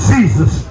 Jesus